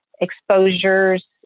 exposures